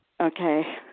Okay